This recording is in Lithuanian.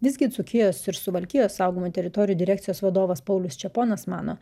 visgi dzūkijos ir suvalkijos saugomų teritorijų direkcijos vadovas paulius čeponas mano